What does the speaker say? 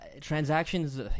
transactions